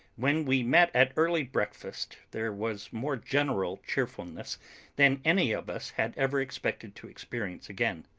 when we met at early breakfast there was more general cheerfulness than any of us had ever expected to experience again.